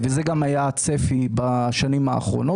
זה גם היה הצפי בשנים האחרונות.